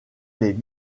les